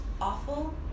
awful